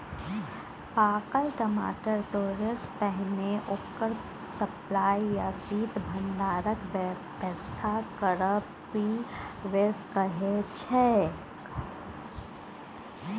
पाकल टमाटर तोरयसँ पहिने ओकर सप्लाई या शीत भंडारणक बेबस्था करब प्री हारवेस्ट कहाइ छै